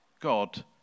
God